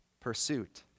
pursuit